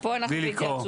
טוב, לאן הגענו?